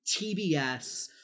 TBS